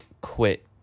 quit